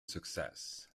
success